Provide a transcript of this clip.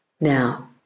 Now